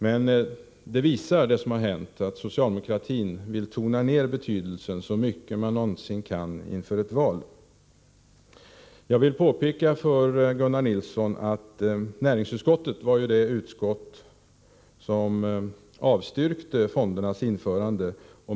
Men det som har hänt visar att socialdemokratin vill tona ner betydelsen så mycket man någonsin kan inför ett val. Jag vill påpeka för Gunnar Nilsson i Stockholm att näringsutskottet var det utskott som avstyrkte fondernas införande.